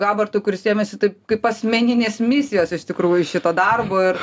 gabartui kuris ėmėsi tai kaip asmeninės misijos iš tikrųjų šito darbo ir